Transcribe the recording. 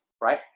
right